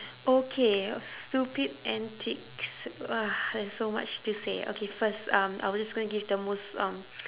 okay stupid antics ah there's so much to say okay first um I will just going to give the most um